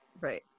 right